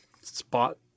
spot